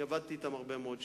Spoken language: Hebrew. אני עבדתי אתם הרבה מאוד שנים.